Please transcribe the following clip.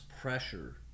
pressure